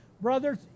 brothers